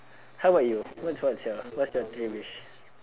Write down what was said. how about you what's what's your what's your three wish